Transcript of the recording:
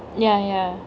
ya ya